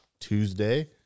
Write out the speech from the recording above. Tuesday